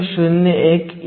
silicon Eg हे 1